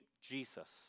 Jesus